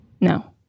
No